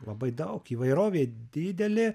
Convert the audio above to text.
labai daug įvairovė didelė